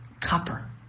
copper